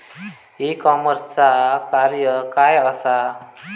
E कॉमर्सचा कार्य काय असा?